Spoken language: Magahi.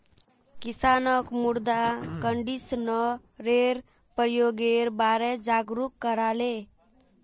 किसानक मृदा कंडीशनरेर प्रयोगेर बारे जागरूक कराले